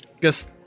guess